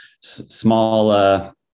small